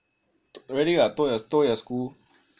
really what tour your tour your school